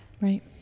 right